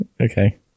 okay